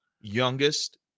youngest